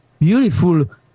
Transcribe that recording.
beautiful